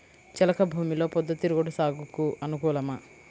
చెలక భూమిలో పొద్దు తిరుగుడు సాగుకు అనుకూలమా?